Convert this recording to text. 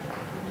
124),